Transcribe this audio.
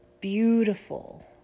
beautiful